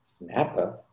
Napa